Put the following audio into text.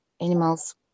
animals